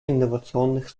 инновационных